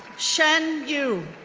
shen yu,